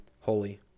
holy